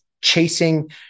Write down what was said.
chasing